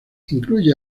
incluye